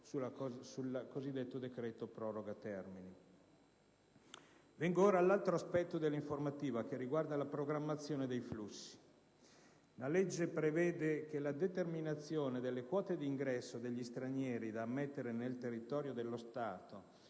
di fine anno sulla proroga dei termini. Vengo ora all'altro aspetto dell'informativa, che riguarda la programmazione dei flussi. La normativa prevede che la determinazione delle quote di ingresso degli stranieri da ammettere nel territorio dello Stato